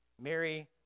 Mary